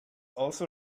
also